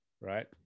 right